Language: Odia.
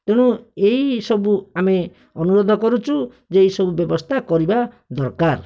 ତେଣୁ ଏଇ ସବୁ ଆମେ ଅନୁରୋଧ କରୁଛୁ ଯେ ଏଇ ସବୁ ବ୍ୟବସ୍ଥା କରିବା ଦରକାର